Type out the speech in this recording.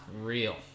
Real